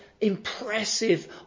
impressive